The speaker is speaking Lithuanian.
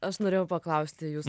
aš norėjau paklausti jus